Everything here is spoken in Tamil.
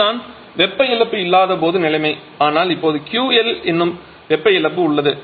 இது தான் வெப்ப இழப்பு இல்லாத போது நிலைமை ஆனால் இப்போது QL எனும் வெப்ப இழப்பு உள்ளது